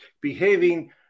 behaving